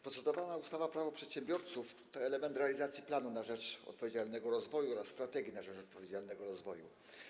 Procedowana ustawa Prawo przedsiębiorców to element realizacji „Planu na rzecz odpowiedzialnego rozwoju” oraz „Strategii na rzecz odpowiedzialnego rozwoju”